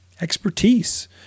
expertise